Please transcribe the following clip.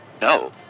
no